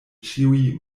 ĉiuj